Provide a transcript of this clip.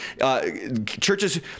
churches